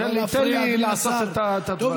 זה כל כך, אדוני, תן לי לעשות את הדברים.